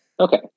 Okay